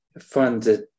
funded